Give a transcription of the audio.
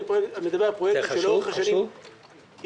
אני מדבר על פרויקטים שלאורך השנים יצאו,